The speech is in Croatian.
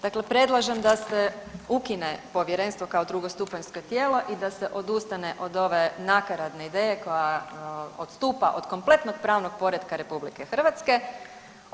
Dakle, predlažem da se ukine povjerenstvo kao drugostupanjsko tijelo i da se odustane od ove nakaradne ideje koja odstupa od kompletnog pravnog poretka Republike Hrvatske.